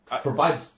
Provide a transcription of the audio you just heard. provide